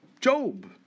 Job